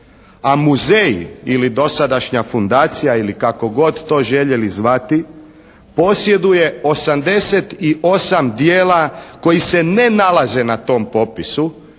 A muzej ili dosadašnja fundacija ili kako god to željeli znati posjeduje 88 djela koji se ne nalaze na tom popisu